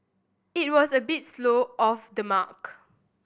it was a bit slow off the mark